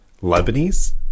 lebanese